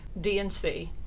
dnc